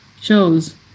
shows